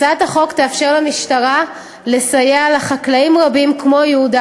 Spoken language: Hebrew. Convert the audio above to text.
הצעת החוק תאפשר למשטרה לסייע לחקלאים רבים כמו יהודה